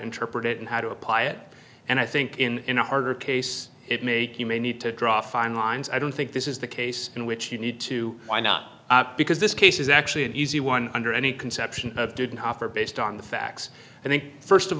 interpret it and how to apply it and i think in a harder case it make you may need to draw fine lines i don't think this is the case in which you need to why not because this case is actually an easy one under any conception of didn't offer based on the facts i think first of